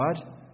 God